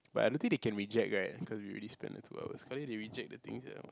but I don't think they can reject right cause we already spend the two hours sekali they reject the thing sia